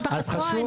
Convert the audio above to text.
משפחת כהן?